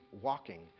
walking